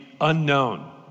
unknown